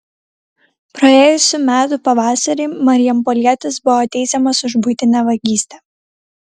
praėjusių metų pavasarį marijampolietis buvo teisiamas už buitinę vagystę